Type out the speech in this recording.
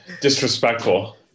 Disrespectful